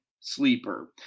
Sleeper